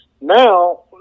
Now